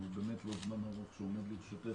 ובאמת זה לא זמן ארוך שעומד לרשותך,